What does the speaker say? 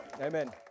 Amen